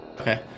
Okay